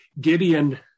Gideon